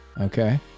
Okay